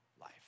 life